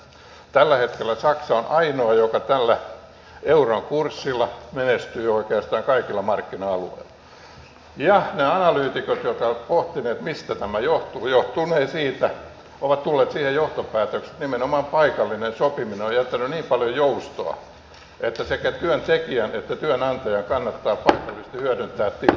tällä hetkellä saksa on ainoa joka tällä euron kurssilla menestyy oikeastaan kaikilla markkina alueilla ja ne analyytikot jotka ovat pohtineet mistä tämä johtuu ovat tulleet siihen johtopäätökseen että nimenomaan paikallinen sopiminen on jättänyt niin paljon joustoa että sekä työntekijän että työnantajan kannattaa paikallisesti hyödyntää tilanne